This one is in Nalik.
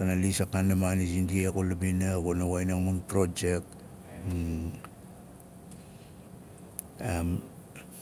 kana lis a kaana maani zindia xula bing xuna woxin ing a mun prodzek